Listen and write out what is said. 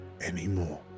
anymore